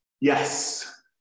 Yes